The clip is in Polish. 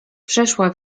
przeszła